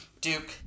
Duke